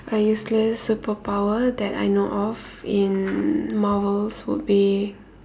a useless superpower that I know of in Marvels would be